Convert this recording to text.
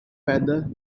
feather